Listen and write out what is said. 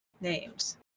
names